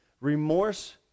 remorse